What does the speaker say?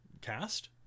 cast